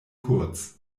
kurz